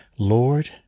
Lord